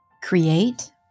Create